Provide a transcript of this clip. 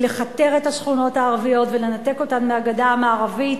לכתר את השכונות היהודיות ולנתק אותן מהגדה המערבית,